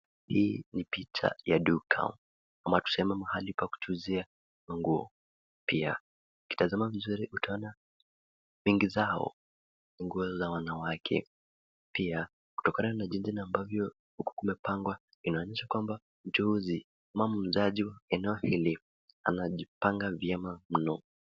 Hii ni picha ya duka ama tuseme ni mahali pa kutuuzia manguo pia ukitazama vizuri utaona nyingi zao nguo za wanawake pia kutokana na jinsi ambavyo kumepangwa inaonyesha kwamba mchuuzi ama mwuzaji eneo hili anajipanga vyema mno.